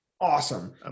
awesome